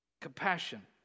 Compassion